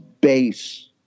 base